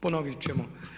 Ponovit ćemo.